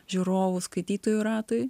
žiūrovų skaitytojų ratui